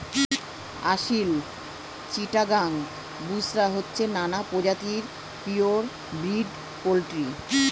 আসিল, চিটাগাং, বুশরা হচ্ছে নানা প্রজাতির পিওর ব্রিড পোল্ট্রি